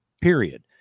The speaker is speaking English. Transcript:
period